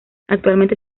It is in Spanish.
actualmente